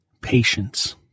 patience